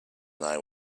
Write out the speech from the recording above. name